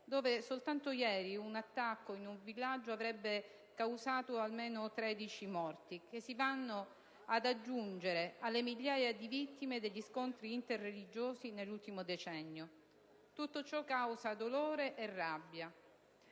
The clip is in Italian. dove soltanto ieri un attacco ad un villaggio avrebbe causato almeno 13 morti, che si vanno ad aggiungere alle migliaia di vittime degli sconti interreligiosi nell'ultimo decennio. Tutto ciò causa dolore e rabbia,